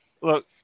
Look